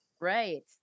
right